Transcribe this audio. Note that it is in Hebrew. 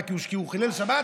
מה, כי הוא חילל שבת?